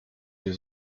wir